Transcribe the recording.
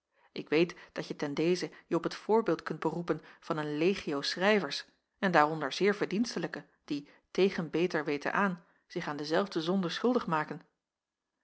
ik weet dat je ten deze je op het voorbeeld kunt beroepen van een legio schrijvers en daaronder zeer verdienstelijke die tegen beter weten aan zich aan dezelfde zonde schuldig maken